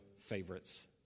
favorites